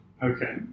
Okay